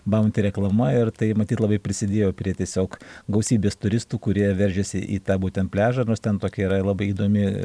baunty reklama ir tai matyt labai prisidėjo prie tiesiog gausybės turistų kurie veržiasi į tą būtent pliažą nors ten tokia yra labai įdomi